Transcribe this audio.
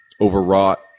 overwrought